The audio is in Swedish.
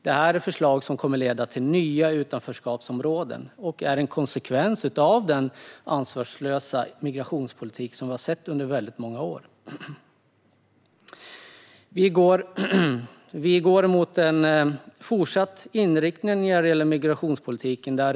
Det här är förslag som kommer att leda till nya utanförskapsområden, och de är en konsekvens av den ansvarslösa migrationspolitik som vi har kunnat se under väldigt många år. Den fortsatta inriktningen för migrationspolitiken fortgår.